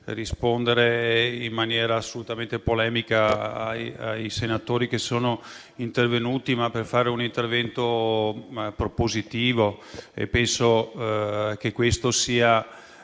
rispondere in maniera polemica ai senatori che sono intervenuti, ma per fare un intervento propositivo perché penso che questo sia